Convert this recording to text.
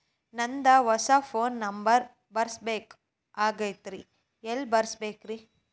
ನಂದ ಹೊಸಾ phone number ಬರಸಬೇಕ್ ಆಗೈತ್ರಿ ಎಲ್ಲೆ ಬರಸ್ಬೇಕ್ರಿ?